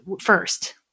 first